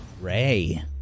Ray